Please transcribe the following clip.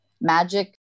magic